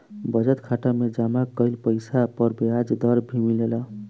budget खाता में जमा कइल पइसा पर ब्याज दर भी मिलेला